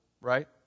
right